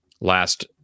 Last